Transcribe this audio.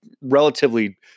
relatively